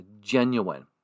genuine